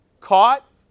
Caught